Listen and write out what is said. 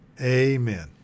Amen